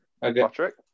Patrick